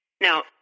Now